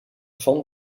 van